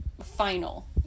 final